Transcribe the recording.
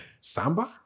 Samba